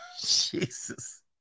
Jesus